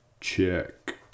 check